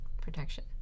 protection